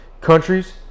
countries